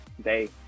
Day